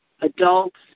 adults